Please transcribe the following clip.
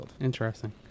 interesting